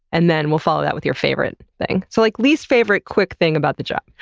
and then we'll follow that with your favorite thing. so, like least favorite quick thing about the job.